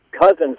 Cousins